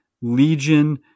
Legion